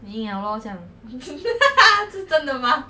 you my friend for so long you don't know the story